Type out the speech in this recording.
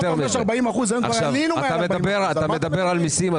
אתה מדבר על מסים?